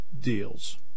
deals